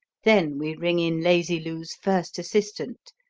then we ring in lazy lou's first assistant,